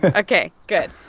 and ok. good.